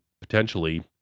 potentially